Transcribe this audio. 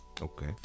Okay